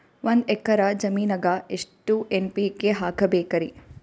ಒಂದ್ ಎಕ್ಕರ ಜಮೀನಗ ಎಷ್ಟು ಎನ್.ಪಿ.ಕೆ ಹಾಕಬೇಕರಿ?